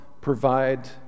provide